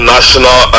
National